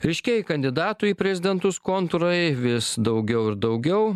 ryškėja kandidatų į prezidentus kontūrai vis daugiau ir daugiau